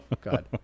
God